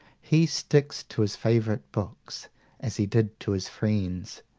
he sticks to his favourite books as he did to his friends,